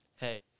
Hey